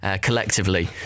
collectively